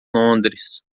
londres